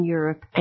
Europe